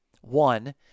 one